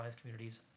communities